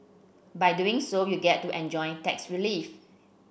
by doing so you get to enjoy tax relief